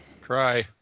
cry